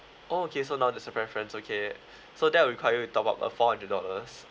oh okay so now that's your preference okay so that will require you to top up a four hundred dollars